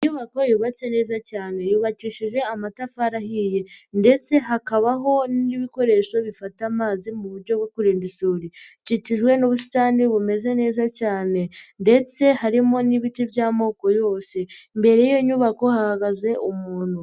Inyubako yubatse neza cyane, yubakishije amatafari ahiye ndetse hakabaho n'ibikoresho bifata amazi mu buryo bwo kurinda isuri, ikikijwe n'ubusitani bumeze neza cyane ndetse harimo n'ibiti by'amoko yose, imbere y'iyo nyubako hahagaze umuntu.